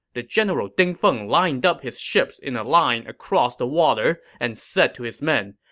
the general ding feng lined up his ships in a line across the water and said to his men,